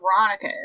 Veronica